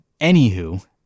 Anywho